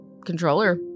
controller